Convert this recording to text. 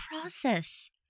process